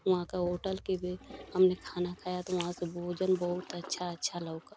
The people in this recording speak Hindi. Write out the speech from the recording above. वहाँ के होटल में भी हमने खाना खाया भोजन बहुत अच्छा अच्छा लौका